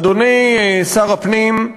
אדוני שר הפנים,